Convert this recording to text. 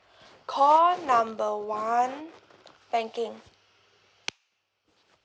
call number one banking